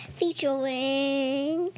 featuring